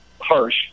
harsh